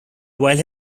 while